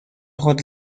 خود